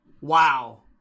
Wow